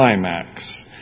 climax